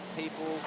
people